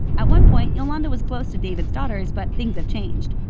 at one point, yolanda was close to david's daughters, but things have changed.